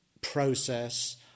process